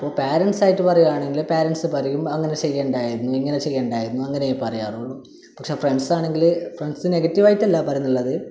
parents ആയിട്ട് പറയുവാണെങ്കിൽ parents പറയും അങ്ങനെ ചെയ്യേണ്ടായിരുന്നു ഇങ്ങനെ ചെയ്യേണ്ടായിരുന്നു അങ്ങനെയേ പറയാറുള്ളൂ പക്ഷേ ഫ്രണ്ട്സ് ആണെങ്കിൽ ഫ്രണ്ട്സ് നെഗറ്റീവ് ആയിട്ടല്ല പറയുന്നുള്ളത്